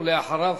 ואחריו,